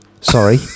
sorry